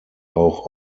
auch